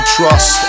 Trust